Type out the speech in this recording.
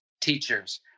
teachers